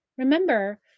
Remember